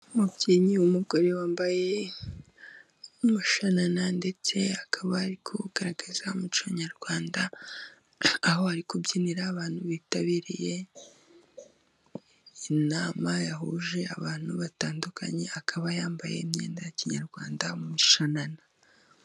Imubyinnyi w'umugore, wambaye umushanana ndetse akaba ari kugaragaza umuco nyarwanda, aho ari kubyinira abantu bitabiriye inama yahuje abantu batandukanye, akaba yambaye imyenda ya kinyarwanda umushanana.